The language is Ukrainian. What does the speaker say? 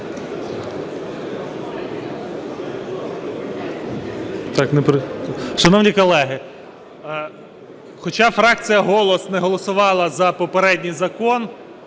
Шановні колеги! Хоча фракція "Голос" не голосувала за попередній закон,